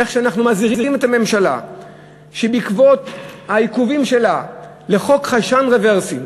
איך אנחנו מזהירים את הממשלה שבעקבות העיכובים שלה לחוק חיישן רוורסים,